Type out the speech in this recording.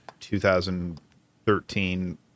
2013